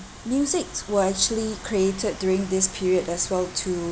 musics were actually created during this period as well to